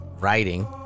writing